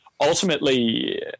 ultimately